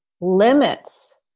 limits